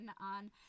on